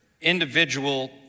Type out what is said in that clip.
individual